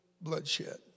bloodshed